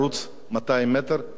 ובטח אני לא אעזוב אותה.